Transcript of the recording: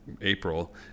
April